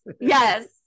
Yes